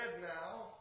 now